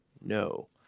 no